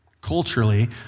culturally